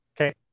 Okay